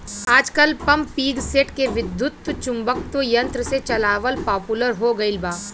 आजकल पम्पींगसेट के विद्युत्चुम्बकत्व यंत्र से चलावल पॉपुलर हो गईल बा